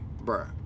bruh